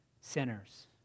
sinners